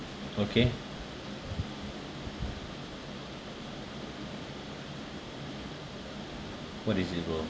okay what is it bro